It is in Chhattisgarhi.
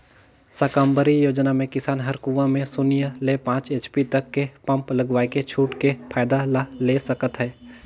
साकम्बरी योजना मे किसान हर कुंवा में सून्य ले पाँच एच.पी तक के पम्प लगवायके छूट के फायदा ला ले सकत है